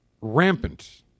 rampant